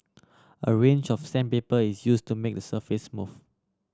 a range of sandpaper is use to make the surface smooth